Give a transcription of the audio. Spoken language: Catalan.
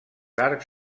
arcs